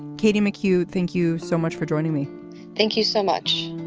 katie mchugh, thank you so much for joining me thank you so much